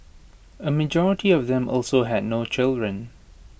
A majority of them also had no children